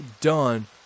done